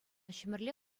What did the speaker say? ҫӗмӗрле